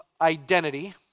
identity